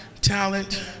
talent